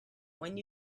when